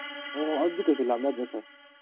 ꯑꯣ ꯑꯗꯨꯗꯤ ꯀꯩꯁꯨ ꯂꯥꯞꯅꯗ꯭ꯔꯦ ꯁꯥꯔ